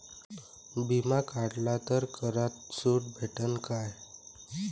बिमा काढला तर करात सूट भेटन काय?